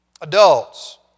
Adults